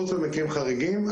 חוץ ממקרים חריגים.